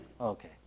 Okay